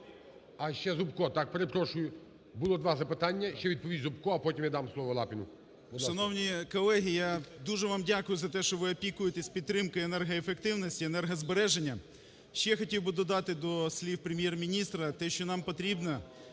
А, ще Зубко, так, перепрошую, було два запитання, ще відповість Зубко, а потім я дам слово Лапіну,